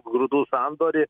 grūdų sandorį